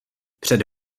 před